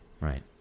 Right